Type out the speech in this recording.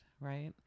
Right